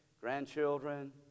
grandchildren